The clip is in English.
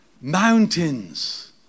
mountains